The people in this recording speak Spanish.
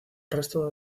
resto